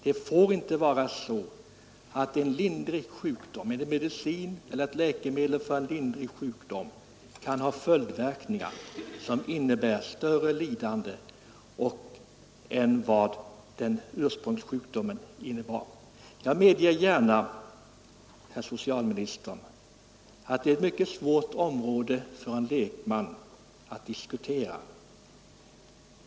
Det får inte vara så att ett läkemedel mot en lindrig sjukdom kan ha följdverkningar som innebär större lidande än den ursprungliga sjukdomen. Jag medger gärna, herr socialminister, att detta är ett mycket svårt område för en lekman att diskutera.